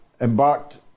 embarked